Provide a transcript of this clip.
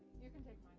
can take